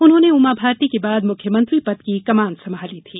उन्होंने उमाभारती के बाद मुख्यमंत्री पद की कमान संभाली थी